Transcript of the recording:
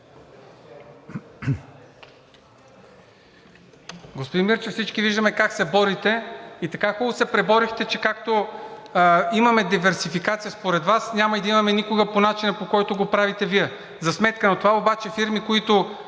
Господин Мирчев, всички виждаме как се борите и така хубаво се преборихте, че както имаме диверсификация според Вас, няма и да имаме никога по начина, по който го правите Вие. За сметка на това обаче фирми, които